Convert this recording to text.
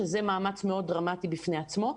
שזה מאמץ מאוד דרמטי בפני עצמו,